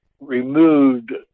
removed